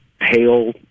hail